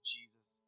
Jesus